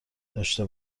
داشته